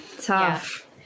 Tough